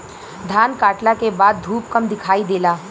धान काटला के बाद धूप कम दिखाई देला